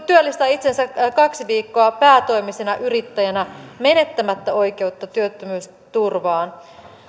työllistää itsensä kaksi viikkoa päätoimisena yrittäjänä menettämättä oikeutta työttömyysturvaan